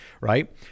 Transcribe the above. right